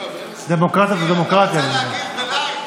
דמוקרטיה זאת דמוקרטיה, אני מניח.